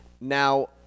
Now